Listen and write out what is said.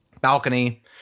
balcony